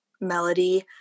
Melody